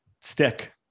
stick